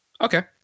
Okay